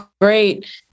great